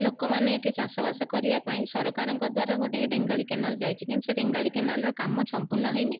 ଲୋକମାନେ ଏଠି ଚାଷ ବାସ କରିବା ପାଇଁ ସରକାରଙ୍କ ଦ୍ୱାରା ଗୋଟିଏ ରେଙ୍ଗାଲି କେନାଲ ଯାଇଛି କିନ୍ତୁ ସେ ରେଙ୍ଗାଲି କେନାଲର କାମ ସମ୍ପୂର୍ଣ୍ଣ ହୋଇନାହିଁ